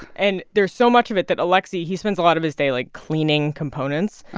and there's so much of it that aleksei he spends a lot of his day, like, cleaning components.